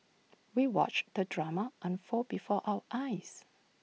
we watched the drama unfold before our eyes